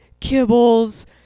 kibbles